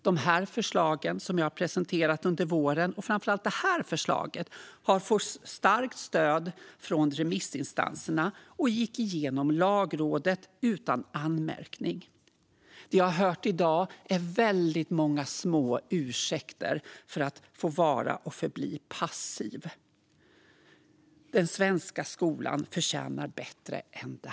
De förslag som jag har presenterat under våren - framför allt detta förslag - har fått starkt stöd från remissinstanserna och gick igenom Lagrådet utan anmärkning. Det vi har hört i dag är väldigt många små ursäkter för att få vara och förbli passiv. Den svenska skolan förtjänar bättre än det.